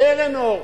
קרן אור,